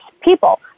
people